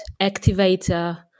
activator